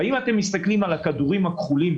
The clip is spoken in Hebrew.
אם אתם מסתכלים על הכדורים הכחולים,